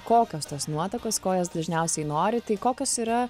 kokios tos nuotakos ko jos dažniausiai nori tai kokios yra